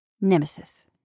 Nemesis